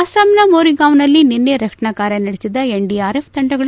ಅಸ್ಸಾಂಸ ಮೊರಿಗಾಂವ್ನಲ್ಲಿ ನಿನ್ನೆ ರಕ್ಷಣಾ ಕಾರ್ಯ ನಡೆಸಿದ ಎನ್ಡಿಆರ್ಎಫ್ ತಂಡಗಳು